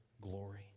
glory